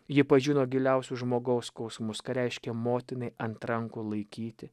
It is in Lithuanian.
ji pažino giliausius žmogaus skausmus ką reiškia motinai ant rankų laikyti